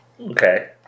Okay